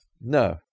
No